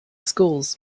schools